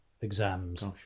exams